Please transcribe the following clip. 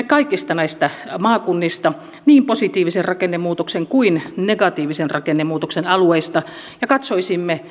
kaikista näistä maakunnista niin positiivisen rakennemuutoksen kuin negatiivisen rakennemuutoksen alueista ja katsomaan